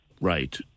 Right